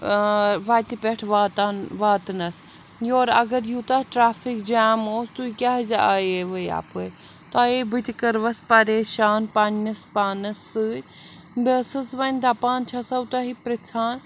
وَتہِ پٮ۪ٹھ واتان واتنَس یورٕ اَگر یوٗتاہ ٹرٛیفِک جام اوس تُہۍ کیٛازِ آییوٕ یَپٲرۍ تۄہہِ ہے بہٕ تہِ کٔروَس پریشان پَنٛنِس پانَس سۭتۍ بہٕ ٲسٕس وۄنۍ دَپان چھَسو تۄہہِ پرٛژھان